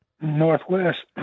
Northwest